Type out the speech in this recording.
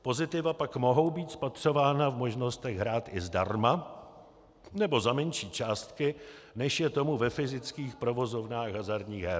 Pozitiva pak mohou být spatřována v možnostech hrát i zdarma nebo za menší částky, než je tomu ve fyzických provozovnách hazardních her.